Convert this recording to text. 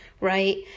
right